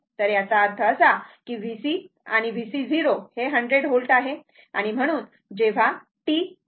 तर याचा अर्थ असा की VC आणि VC0 100 V आहे